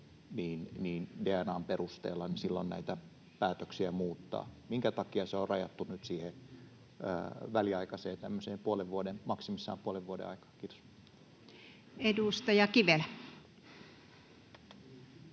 DNA:n perusteella, kuka on isä, näitä päätöksiä muuttaa? Minkä takia se on rajattu nyt siihen väliaikaiseen, maksimissaan puolen vuoden aikaan? — Kiitos. [Speech